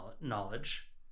knowledge